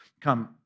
come